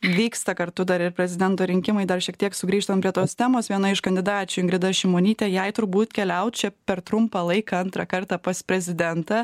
vyksta kartu dar ir prezidento rinkimai dar šiek tiek sugrįžtant prie tos temos viena iš kandidačių ingrida šimonytė jai turbūt keliaut čia per trumpą laiką antrą kartą pas prezidentą